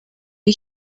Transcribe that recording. the